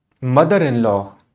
mother-in-law